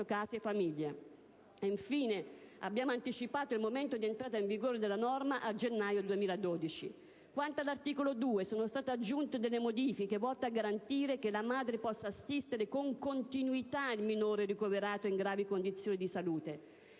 case famiglia. Abbiamo, infine, anticipato il momento di entrata in vigore della norma al gennaio 2012. Quanto all'articolo 2, sono state proposte da noi delle modifiche, volte a garantire che la madre possa assistere con continuità il minore ricoverato in gravi condizioni di salute.